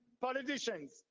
politicians